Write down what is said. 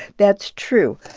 that's true.